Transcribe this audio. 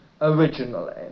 originally